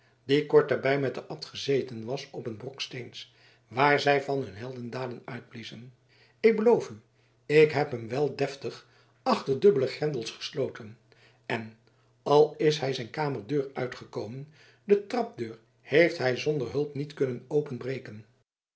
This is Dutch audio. die kort daarbij met den abt gezeten was op een brok steens waar zij van hun heldendaden uitbliezen ik beloof u ik heb hem wel deftig achter dubbele grendels gesloten en al is hij zijn kamerdeur uitgekomen de trapdeur heeft hij zonder hulp niet kunnen openbreken